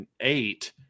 eight